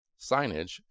signage